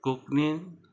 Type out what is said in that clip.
कोंकणीन